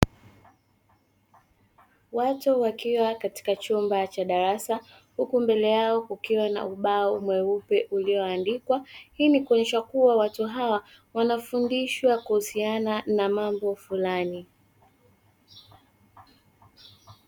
Watu wakiwa katika chumba cha darasa, huku mbele yao kukiwa na ubao mweupe ulioandikwa; hii ni kuonyeshwa kuwa watu hawa wanafundishwa kuhusiana na mambo fulani.